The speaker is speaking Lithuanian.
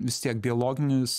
vis tiek biologinis